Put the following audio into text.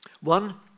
One